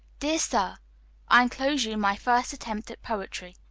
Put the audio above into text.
dear sir i enclose you my first attempt at poetry.